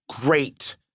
great